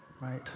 right